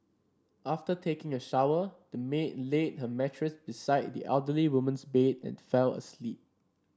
after taking a shower the maid laid her mattress beside the elderly woman's bed and fell asleep